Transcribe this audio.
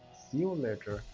see you later,